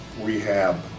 rehab